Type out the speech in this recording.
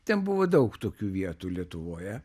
ten buvo daug tokių vietų lietuvoje